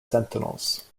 sentinels